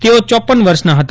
તેઓ ચોપન વર્ષના હતા